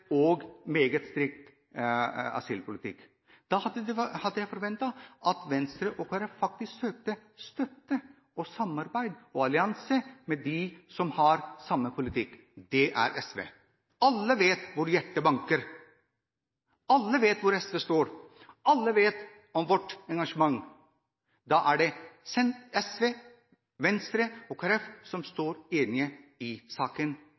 og meget strikt asylpolitikk. Da hadde jeg forventet at Venstre og Kristelig Folkeparti faktisk søkte støtte, samarbeid og allianse med dem som har samme politikk, nemlig SV. Alle vet hvor SV står og hva vårt hjerte banker for. Alle vet hvor SV står, og alle vet om vårt engasjement. SV, Venstre og Kristelig Folkeparti er enige i saken – og mot dem som